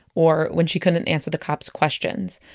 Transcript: or when she couldn't answer the cops' questions.